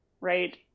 right